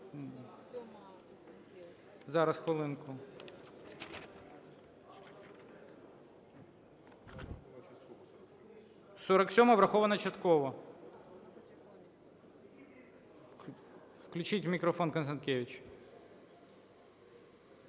Зараз, хвилинку. 47-а врахована частково. Включіть мікрофон Констанкевич.